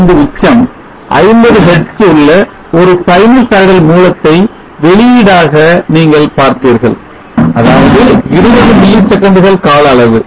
85 உச்சம் 50 Hertz உள்ள ஒரு sinusoidal மூலத்தை வெளியீடாக நீங்கள் பார்ப்பீர்கள் அதாவது 20 மில்லி செகண்டுகள் கால அளவு